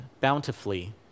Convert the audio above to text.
bountifully